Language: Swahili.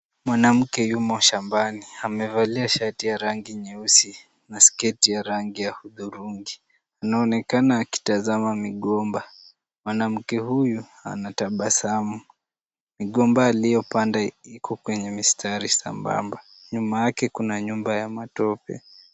Mwanamke yumo shambani. Amevalia shati ya rangi nyeusi na sketi ya rangi ya hudhurungi. Anaonekana akitazama migomba. Mwanamke huyu anatabasamu. Migomba aliyopanda iko kwenye mistari sambamba. Nyuma yake kuna nyumba ya matope.